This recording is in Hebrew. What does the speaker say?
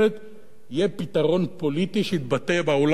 יהיה פתרון פוליטי, שיתבטא באולם הזה הבא,